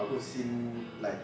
aku seen like